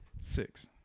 six